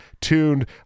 tuned